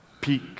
peak